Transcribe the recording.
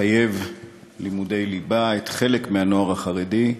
שמחייב לימודי ליבה לחלק מהנוער החרדי,